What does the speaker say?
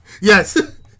Yes